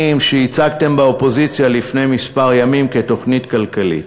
שהצגתם באופוזיציה לפני כמה ימים כתוכנית כלכלית,